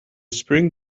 spring